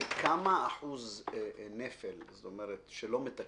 כמה אחוז נפל, זאת אומרת, שלא מתקפים,